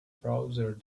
browser